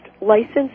licensed